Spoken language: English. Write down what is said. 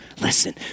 Listen